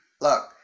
look